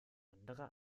anderer